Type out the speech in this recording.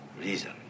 Reason